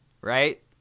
Right